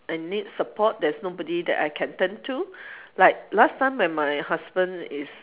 I need support there's nobody that I can turn to like last time when my husband is